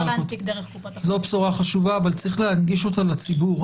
זאת בשורה חשובה אבל צריך להנגיש אותה לציבור,